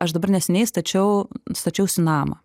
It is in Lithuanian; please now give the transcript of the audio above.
aš dabar neseniai stačiau stačiausi namą